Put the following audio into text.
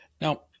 Now